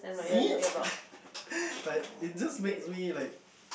zip like it just makes me like